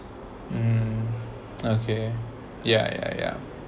mm okay ya ya ya